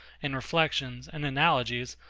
and reflections, and analogies,